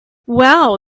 wow